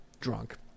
drunk